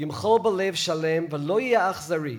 ימחל בלב שלם, ולא יהיה אכזרי,